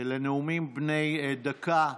לנאומים בני דקה.